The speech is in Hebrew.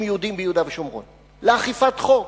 יהודים ביהודה ושומרון לאכיפת חוק,